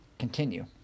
continue